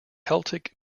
celtic